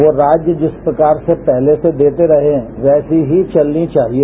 जो राज्य जिस प्रकार से पहले से देते रहे हैं वैसी ही चलनी चाहिए